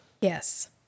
Yes